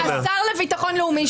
יכול לבוא השר לביטחון לאומי,